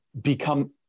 become